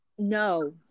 No